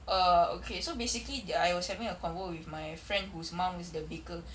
err okay so basically I was having a convo with my friend whose mum is the baker